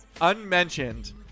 unmentioned